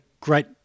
great